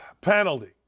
Penalty